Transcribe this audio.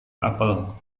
apel